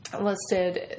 listed